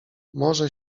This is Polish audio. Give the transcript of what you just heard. morze